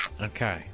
Okay